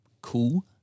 cool